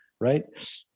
right